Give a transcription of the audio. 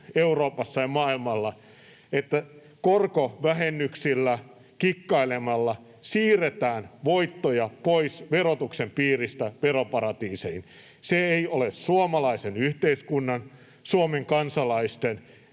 Euroopassa ja maailmalla, että korkovähennyksillä kikkailemalla siirretään voittoja pois verotuksen piiristä veroparatiiseihin. Ei ole suomalaisen yhteiskunnan, Suomen kansalaisten